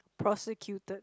prosecuted